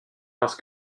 parce